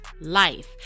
life